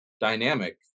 dynamic